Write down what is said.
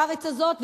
בארץ הזאת,